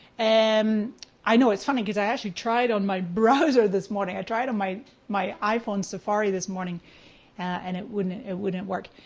and um i know it's funny cause i actually tried on my browser this morning, i tried on my my iphone safari this morning and it wouldn't it wouldn't work.